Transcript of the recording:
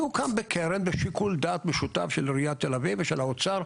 זה הוקם בקרן בשיקול דעת משותף של עיריית תל-אביב ושל האוצר,